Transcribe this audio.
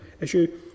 issue